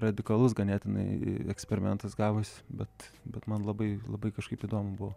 radikalus ganėtinai eksperimentas gavosi bet bet man labai labai kažkaip įdomu buvo